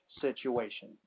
situation